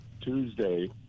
Tuesday